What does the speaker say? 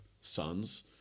sons